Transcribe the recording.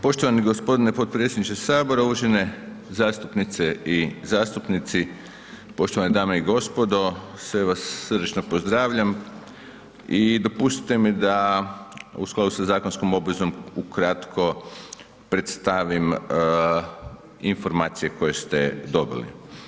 Poštovani gospodine potpredsjedniče sabora, uvažene zastupnice i zastupnici, poštovane dame i gospodo sve vas srdačno pozdravljam i dopustite mi da u skladu sa zakonskom obvezom ukratko predstavim informacije koje ste dobili.